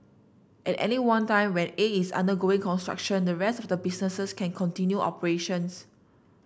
at any one time when A is undergoing construction the rest of the businesses can continue operations